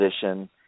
position